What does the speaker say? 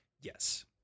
Yes